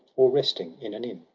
or resting in an inn,